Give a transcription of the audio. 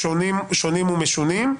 שונים ומשונים.